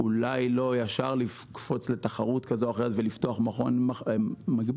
שאולי לא ישר לקפוץ לתחרות כזו או אחרת ולפתוח מכון מקביל,